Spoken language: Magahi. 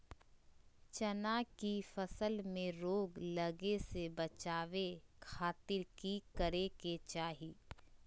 चना की फसल में रोग लगे से बचावे खातिर की करे के चाही?